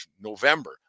November